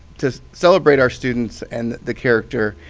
to celebrate our students, and the character,